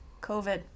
COVID